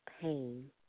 pain